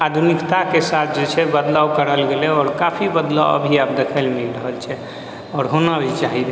आधुनिकताके साथ जे छै बदलाव करल गेलै आओर काफी बदलाव भी आब देखैलए मिल रहल छै आओर होना भी चाही रहै